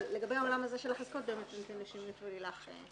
אבל לגבי העולם הזה של החזקות אני אתן לשמרית ולילך.